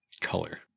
Color